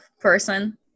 person